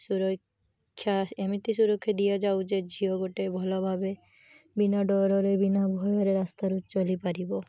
ସୁରକ୍ଷା ଏମିତି ସୁରକ୍ଷା ଦିଆଯାଉ ଯେ ଝିଅ ଗୋଟେ ଭଲ ଭାବେ ବିନା ଡରରେ ବିନା ଭୟରେ ରାସ୍ତାରୁ ଚଲିପାରିବ